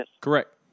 Correct